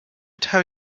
tell